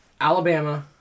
Alabama